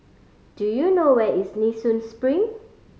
do you know where is Nee Soon Spring